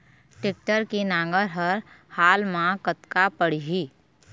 Tractor के नांगर हर हाल मा कतका पड़िही?